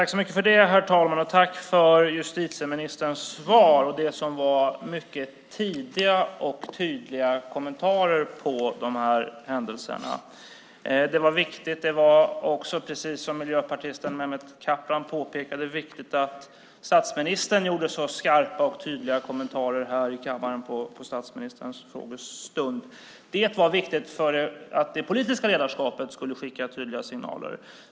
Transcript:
Herr talman! Jag tackar justitieministern för svaret och för mycket tidiga och tydliga kommentarer angående dessa händelser. Det var viktigt. Det var också, precis som miljöpartisten Mehmet Kaplan påpekade, viktigt att statsministern gjorde så skarpa och tydliga kommentarer här i kammaren under statsministerns frågestund. Det var viktigt för att det politiska ledarskapet skulle skicka tydliga signaler.